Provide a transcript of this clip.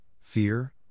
fear